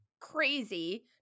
crazy